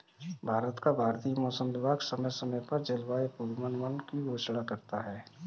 भारत का भारतीय मौसम विभाग समय समय पर जलवायु पूर्वानुमान की घोषणा करता है